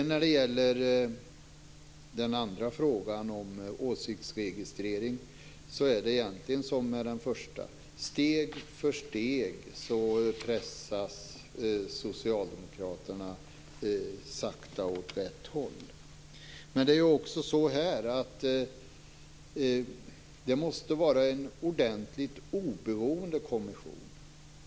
När det gäller frågan om åsiktsregistrering är det egentligen likadant: Sakta, steg för steg, pressas socialdemokraterna åt rätt håll. Men också här måste det vara en ordentligt oberoende kommission.